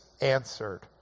answered